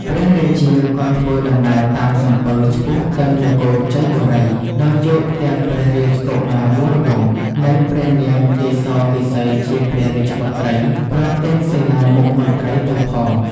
ព្រះរាជាក៏ធ្វើដំណើរតាមសំពៅឆ្ពោះទៅនគរជ័យបូរី ដោយយកទាំងព្រះរាជកុមារវរវង្ស នឹងព្រះនាងកេសកេសីជាព្រះរាជបុត្រី ព្រមទាំងសេនាមុខមន្ត្រីទៅផង។